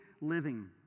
living